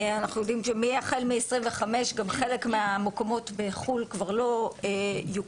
אנחנו יודעים שהחל מ-2025 גם חלק מהמקומות בחו"ל כבר לא יוכרו,